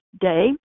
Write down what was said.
day